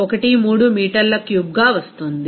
13 మీటర్ల క్యూబ్గా వస్తుంది